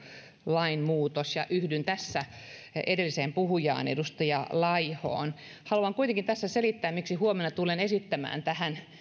lainmuutos ja yhdyn tässä edelliseen puhujaan edustaja laihoon haluan kuitenkin tässä selittää miksi huomenna tulen esittämään tähän